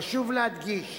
חשוב להדגיש